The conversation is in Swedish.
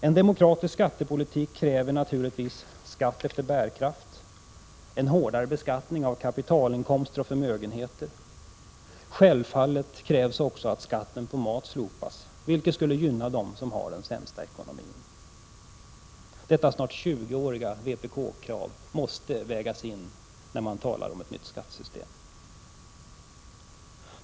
En demokratisk skattepolitik kräver naturligtvis skatt efter bärkraft och en hårdare beskattning av kapitalinkomster och förmögenheter. Självfallet krävs också att skatten på mat slopas, vilket skulle gynna dem som har den sämsta ekonomin. Detta snart tjugoåriga krav från vpk måste vägas in när man talar om ett nytt skattesystem.